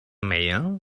mayor